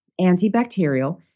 antibacterial